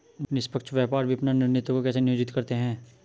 निष्पक्ष व्यापार विपणन रणनीतियों को कैसे नियोजित करते हैं?